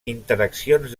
interaccions